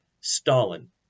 Stalin